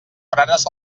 frares